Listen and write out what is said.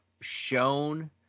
shown